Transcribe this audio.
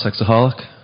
Sexaholic